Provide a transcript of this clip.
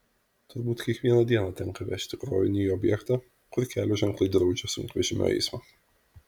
turbūt kiekvieną dieną tenka vežti krovinį į objektą kur kelio ženklai draudžia sunkvežimio eismą